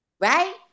Right